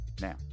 Now